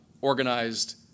organized